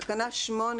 תקנה 8